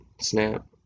snap